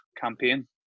campaign